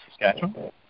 Saskatchewan